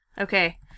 Okay